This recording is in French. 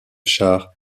chars